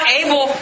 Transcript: able